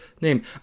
name